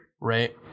right